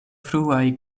fruaj